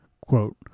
Quote